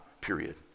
period